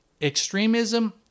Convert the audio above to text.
extremism